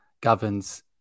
governs